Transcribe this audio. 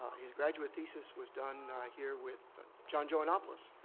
his graduate thesis was done here with john joannopoulos.